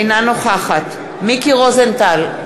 אינה נוכחת מיקי רוזנטל,